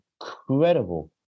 incredible